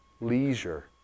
leisure